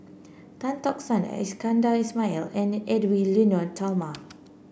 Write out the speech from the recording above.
Tan Tock San Iskandar Ismail and Edwy Lyonet Talma